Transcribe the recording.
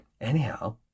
Anyhow